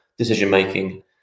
decision-making